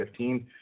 2015